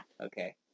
Okay